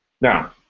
Now